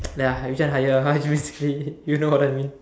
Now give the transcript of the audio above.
like which one higher how you basically you know what I mean